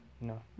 No